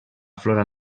flora